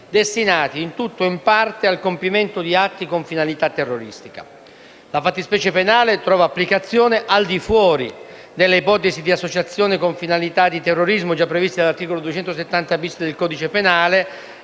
destinati - in tutto o in parte - al compimento di atti con finalità terroristica. La fattispecie penale trova applicazione al di fuori delle ipotesi di associazione con finalità di terrorismo già previste dall'articolo 270-*bis* del codice penale